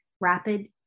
rapid